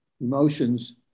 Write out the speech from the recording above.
emotions